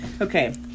Okay